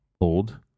old